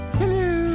hello